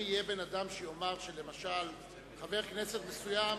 אם יהיה בן-אדם שיאמר שלמשל חבר כנסת מסוים